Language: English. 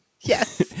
Yes